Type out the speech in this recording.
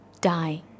die